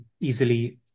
easily